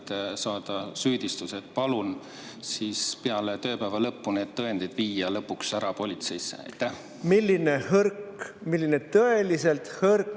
saate süüdistuse. Palun peale tööpäeva lõppu need tõendid viia lõpuks politseisse ära. Milline hõrk, milline tõeliselt hõrk